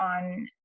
on